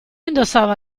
indossava